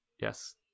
Yes